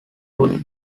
would